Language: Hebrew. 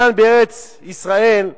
כאן בארץ-ישראל,